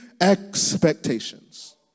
expectations